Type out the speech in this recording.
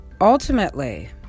ultimately